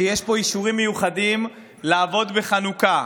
שיש פה אישורים מיוחדים לעבוד בחנוכה.